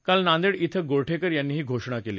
काल नांदेड ॐ गोरठेकर यांनी ही घोषणा केली